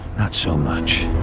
not so much.